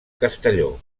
castelló